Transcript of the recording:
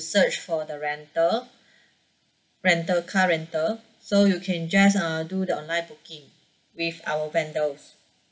search for the rental rental car rental so you can just uh do the online booking with our vendors